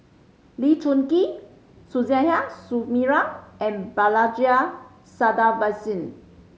Lee Choon Kee Suzairhe Sumari and Balaji Sadasivan